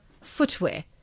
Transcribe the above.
footwear